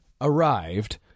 arrived